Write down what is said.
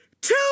two